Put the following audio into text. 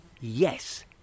yes